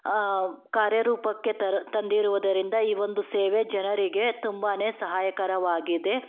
ಕಾರ್ಯ ರೂಪಕ್ಕೆ ತರ ತಂದಿರುವುದರಿಂದ ಈ ಒಂದು ಸೇವೆ ಜನರಿಗೆ ತುಂಬನೇ ಸಹಾಯಕರವಾಗಿದೆ